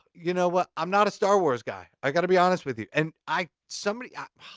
you know what? i'm not a star wars guy. i gotta be honest with you. and i, so many.